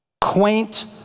quaint